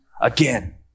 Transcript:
again